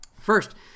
First